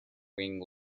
winged